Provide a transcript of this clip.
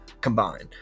combined